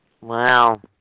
Wow